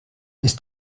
ist